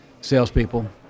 salespeople